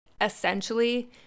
essentially